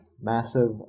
massive